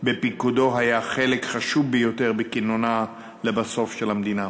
בפיקודו היה חלק חשוב ביותר בכינונה לבסוף של המדינה.